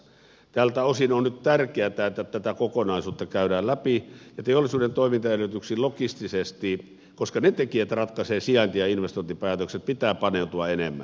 tältä osin on nyt tärkeätä että tätä kokonaisuutta käydään läpi ja teollisuuden logistisiin toimintaedellytyksiin koska ne tekijät ratkaisevat sijainti ja investointipäätökset pitää paneutua enemmän